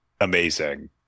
amazing